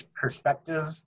perspective